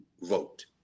vote